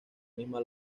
misma